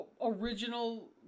original